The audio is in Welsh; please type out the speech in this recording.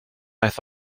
aeth